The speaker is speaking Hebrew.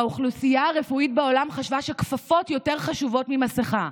האוכלוסייה הרפואית בעולם חשבה שכפפות יותר חשובות ממסכה.